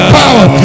power